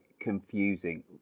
confusing